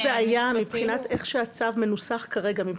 ייתכן שיש בעיה מבחינת איך שהצו מנוסח כרגע.